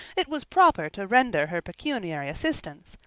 it was proper to render her pecuniary assistance,